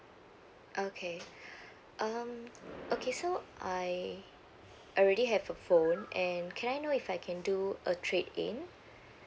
okay um okay so I already have a phone and can I know if I can do a trade-in